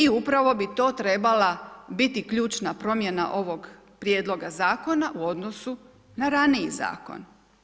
I upravo bi to trebala biti ključna promjena ovog prijedloga zakona u odnosu na raniji zakon.